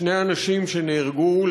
שני אנשים שנהרגו,